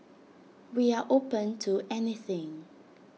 we are open to anything